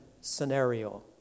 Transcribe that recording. scenario